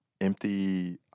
empty